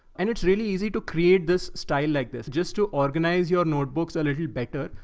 and it's really easy to create this style like this. just to organize your notebooks a little better,